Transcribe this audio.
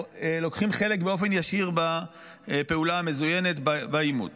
לוקחים חלק באופן ישיר בפעולה המזוינת בעימות.